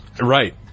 Right